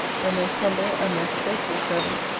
your most humble and most faithful servant,